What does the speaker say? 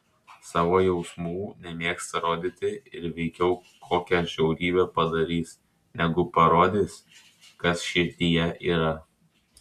savo jausmų nemėgsta rodyti ir veikiau kokią žiaurybę padarys negu parodys kas širdyje yra